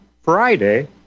Friday